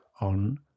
on